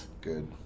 Good